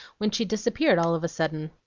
when she disappeared all of a sudden.